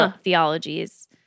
theologies